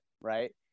right